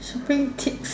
to bring tips